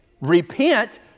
Repent